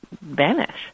vanish